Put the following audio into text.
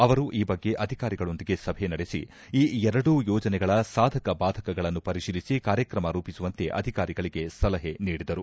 ಅವರು ಈ ಬಗ್ಗೆ ಅಧಿಕಾರಿಗಳೊಂದಿಗೆ ಸಭೆ ನಡೆಸಿ ಈ ಎರಡೂ ಯೋಜನೆಗಳ ಸಾಧಕ ಬಾಧಕ ಗಳನ್ನು ಪರಿಶೀಲಿಸಿ ಕಾರ್ಯಕ್ರಮ ರೂಪಿಸುವಂತೆ ಅಧಿಕಾರಿಗಳಿಗೆ ಸಲಹೆ ನೀಡಿದರು